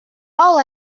all